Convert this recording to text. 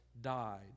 died